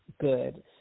good